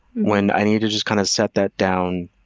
when i need to just kind of set that down,